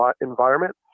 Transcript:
environment